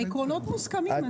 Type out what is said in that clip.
העקרונות מוסכמים.